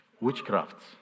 witchcrafts